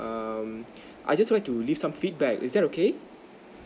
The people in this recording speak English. um I'd just like to leave some feedback is that okay